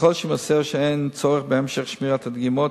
ככל שיימסר שאין צורך בהמשך שמירת הדגימות,